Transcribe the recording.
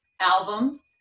albums